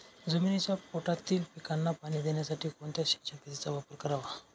जमिनीच्या पोटातील पिकांना पाणी देण्यासाठी कोणत्या सिंचन पद्धतीचा वापर करावा?